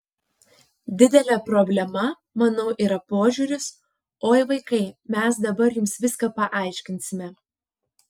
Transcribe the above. didelė problema manau yra požiūris oi vaikai mes dabar jums viską paaiškinsime